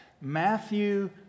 Matthew